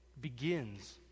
begins